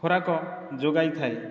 ଖୋରାକ ଯୋଗାଇଥାଏ